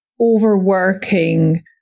overworking